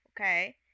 okay